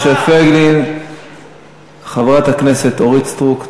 שכחת לגנות את התופעה עצמה.